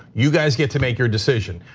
you guys get to make your decision.